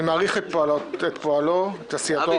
אני מעריך את פועלו --- אבי,